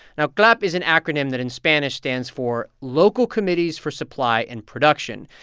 now, clap is an acronym that in spanish stands for local committees for supply and production.